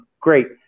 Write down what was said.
great